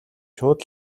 шууд